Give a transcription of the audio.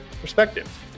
perspective